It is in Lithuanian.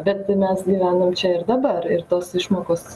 bet mes gyvenam čia ir dabar ir tos išmokos